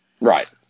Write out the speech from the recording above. Right